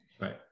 Right